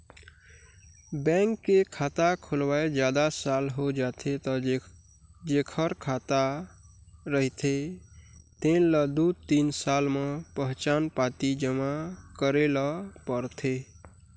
bank के खाता खोलवाए जादा साल हो जाथे त जेखर खाता रहिथे तेन ल दू तीन साल म पहचान पाती जमा करे ल परथे